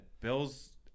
Bills